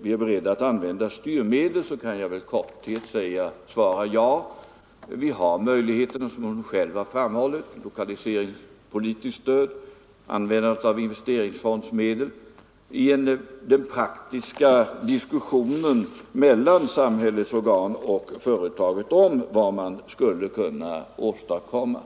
vi är beredda att använda styrmedel kan jag i korthet svara ja. Vi har, såsom hon själv har framhållit, möjlighet att ge lokaliseringspolitiskt stöd eller använda investeringsfondsmedel i en praktisk diskussion mellan samhällets organ och företag om vad man skulle kunna åstadkomma.